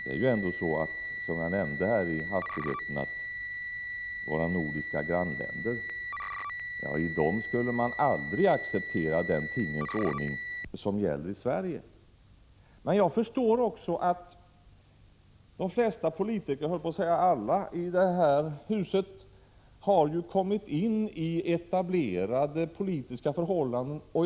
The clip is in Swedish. Som jag nämnde tidigare skulle väljarna i de nordiska grannländerna aldrig acceptera den tingens ordning som gäller i Sverige. Jag inser också att de flesta politiker — om inte alla — i detta hus har kommit in i etablerade politiska förhållanden.